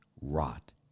rot